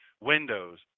windows